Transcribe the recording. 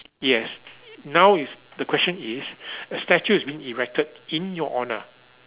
yes now is the question is a statue is being erected in your honour